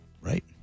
Right